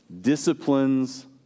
Disciplines